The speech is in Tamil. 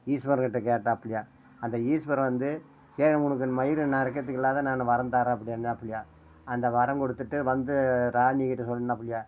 ஈஸ்வரன் கிட்டே கேட்டாப்பிலயாம் அந்த ஈஸ்வரன் வந்து ஏன் உனக்கு மயிர் நரைக்கிறத்துக்கு இல்லாம நான் வரம் தரேன் அப்டினாப்பிலயாம் அந்த வரம் கொடுத்துட்டு வந்து ராணி கிட்டே சொன்னாப்பில்லயாம்